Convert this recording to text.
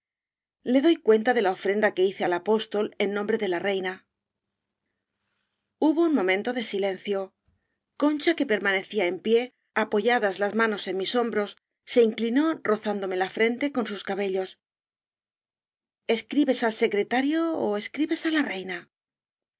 le doy cuenta de la ofrenda que hice al apóstol en nombre de la reina hubo un momento de silencio concha que permanecía en pie apoyadas las manos biblioteca nacional de españa en mis hombros se inclinó rozándome la frente con sus cabellos escribes al secretario ó escribes á la reina